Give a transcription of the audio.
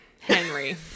henry